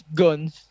guns